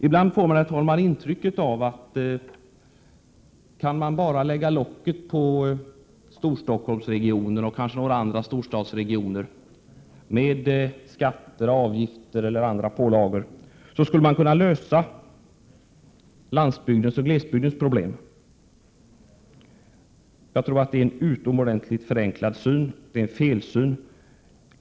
Ibland får man ett intryck av att många debattörer menar att om man bara kan lägga locket på Storstockholmsregionen och kanske några andra storstadsregioner med hjälp av skatter och avgifter eller andra pålagor, så skulle man kunna lösa landsbygdens och glesbygdens problem. Jag tror att det är en utomordentligt förenklad syn. Det är en felsyn.